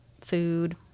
food